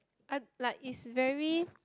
I like it's very